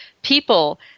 people